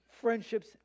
friendships